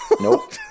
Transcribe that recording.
Nope